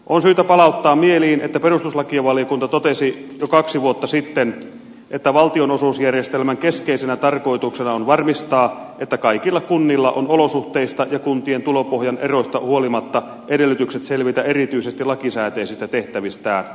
on syytä palauttaa mieliin että perustuslakivaliokunta totesi jo kaksi vuotta sitten että valtionosuusjärjestelmän keskeisenä tarkoituksena on varmistaa että kaikilla kunnilla on olosuhteista ja kuntien tulopohjan eroista huolimatta edellytykset selvitä erityisesti lakisääteisistä tehtävistään